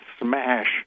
smash